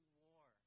war